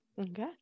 okay